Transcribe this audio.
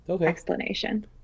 explanation